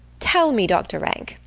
tell me, doctor rank,